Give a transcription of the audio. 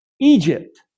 Egypt